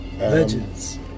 Legends